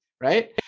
Right